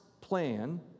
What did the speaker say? plan